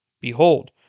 behold